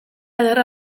ederra